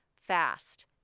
FAST